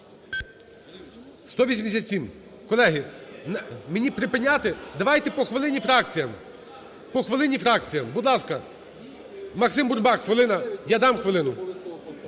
187. Колеги, мені припиняти? Давайте по хвилині фракціям. По хвилині фракціям. Буд ласка, Максим Бурбак, хвилина. Я дам хвилину.